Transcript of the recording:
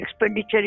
expenditure